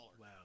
Wow